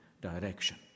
direction